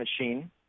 machine